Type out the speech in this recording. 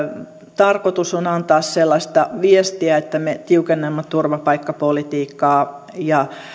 tarkoitus on antaa sellaista viestiä että me tiukennamme turvapaikkapolitiikka